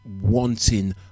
wanting